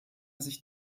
sich